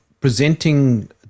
presenting